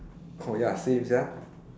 oh ya same sia